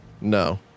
no